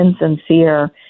insincere